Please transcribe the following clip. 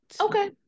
okay